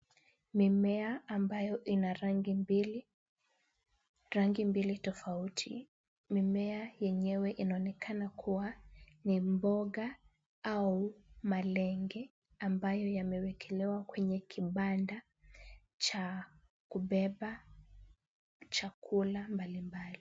Mimea ambayo ina rangi mbili, rangi mbili tofauti. Mimea yenyewe inaonekana kuwa ni mboga au malenge, ambayo yamewekelewa kwenye kibanda cha kubeba chakula mbalimbali.